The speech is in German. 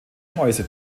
mäuse